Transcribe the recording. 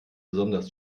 besonders